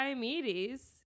Diomedes